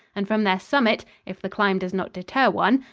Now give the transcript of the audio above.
and from their summit, if the climb does not deter one,